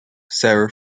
sarah